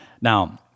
Now